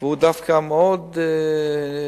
והוא דווקא מאוד נהנה.